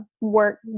work